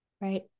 Right